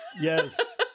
Yes